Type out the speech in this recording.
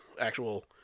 actual